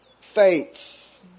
faith